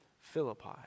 Philippi